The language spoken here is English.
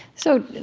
so,